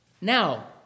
Now